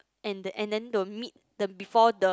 and the and then the mid the before the